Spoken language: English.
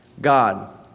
God